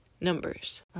numbers